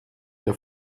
der